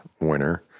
winner